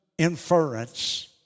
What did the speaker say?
inference